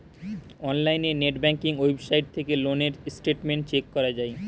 অনলাইনে net banking website থেকে loan এর স্টেটমেন্ট চেক করা যায়